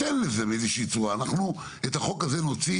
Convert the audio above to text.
לימור סון הר מלך (עוצמה יהודית): בוטקה.